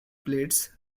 plates